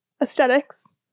aesthetics